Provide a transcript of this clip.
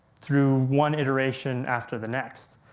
through one iteration after the next.